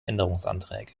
änderungsanträge